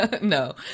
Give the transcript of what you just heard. No